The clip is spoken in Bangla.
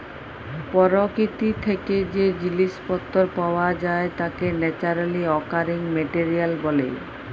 পরকিতি থ্যাকে যে জিলিস পত্তর পাওয়া যায় তাকে ন্যাচারালি অকারিং মেটেরিয়াল ব্যলে